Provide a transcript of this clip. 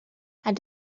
had